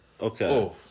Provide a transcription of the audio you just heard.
Okay